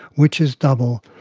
which is double,